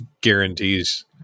guarantees